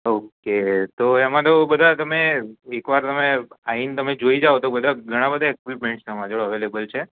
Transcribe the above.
okay તો એમાં તો બધા તમે એકવાર તમે આવીને તમે જોઈ જાવ તો બધા ઘણા બધા ઈક્વિપમેંટ્સ અમારી જોડે અવેલેબલ છે